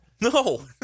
No